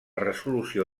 resolució